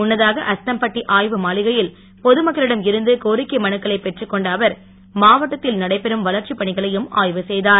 முன்னதாக அஸ்தம்பட்டி ஆய்வு மாளிகையில் பொதுமக்களிடம் இருந்து கோரிக்கை மனுக்களை பெற்றுக் கொண்ட அவர் மாவட்டத்தில் நடைபெறும் வளர்ச்சிப் பணிகளையும் ஆய்வு செய்தார்